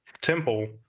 temple